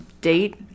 date